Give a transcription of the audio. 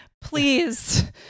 Please